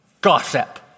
gossip